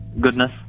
goodness